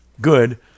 good